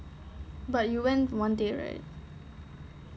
but you went one day right